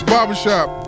Barbershop